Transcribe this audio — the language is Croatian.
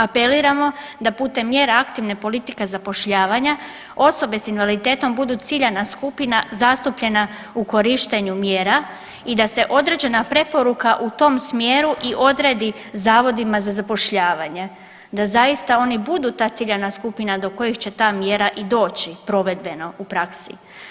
Apeliramo da putem mjera aktivna politika zapošljavanja osobe sa invaliditetom budu ciljana skupina zastupljena u korištenju mjera i da se određena preporuka u tom smjeru i odredi zavodima za zapošljavanje, da zaista oni budu ta ciljana skupina do kojih će ta mjera i doći provedbeno u praksi.